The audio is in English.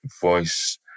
voice